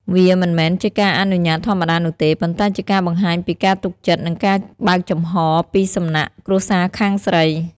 វាមិនមែនជាការអនុញ្ញាតធម្មតានោះទេ ប៉ុន្តែជាការបង្ហាញពីការទុកចិត្ត និងការបើកចំហរពីសំណាក់គ្រួសារខាងស្រី។